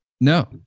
No